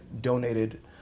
donated